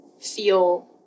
feel